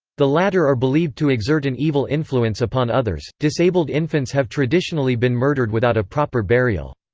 the latter are believed to exert an evil influence upon others disabled infants have traditionally been murdered without a proper burial.